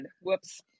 Whoops